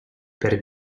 per